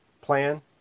plan